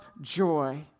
joy